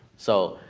so,